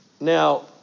Now